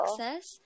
access